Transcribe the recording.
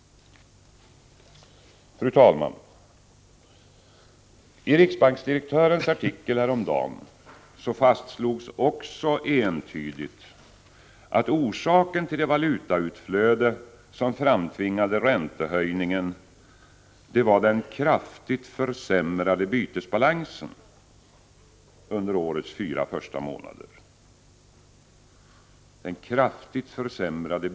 Fru talman! I riksbanksdirektörens artikel häromdagen fastslogs också entydigt att orsaken till det valutautflöde som framtvingade räntehöjningen var den kraftigt försämrade bytesbalansen under årets första fyra månader.